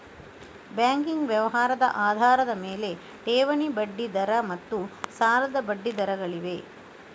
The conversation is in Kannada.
ಬ್ಯಾಂಕಿಂಗ್ ವ್ಯವಹಾರದ ಆಧಾರದ ಮೇಲೆ, ಠೇವಣಿ ಬಡ್ಡಿ ದರ ಮತ್ತು ಸಾಲದ ಬಡ್ಡಿ ದರಗಳಿವೆ